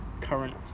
current